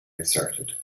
asserted